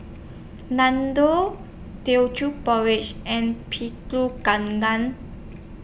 Nam Doll Teochew Porridge and Pulut